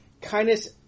Kindness